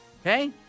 okay